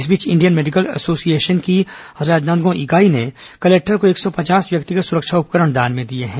इस बीच Indian medical association की राजनांदगांव इकाई ने कलेक्टर को एक सौ पचास व्यक्तिगत सुरक्षा उपकरण दान में दिए हैं